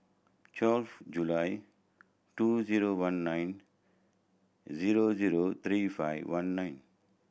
twelve July two zero one nine zero zero three five one nine